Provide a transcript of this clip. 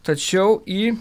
tačiau į